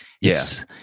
yes